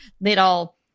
little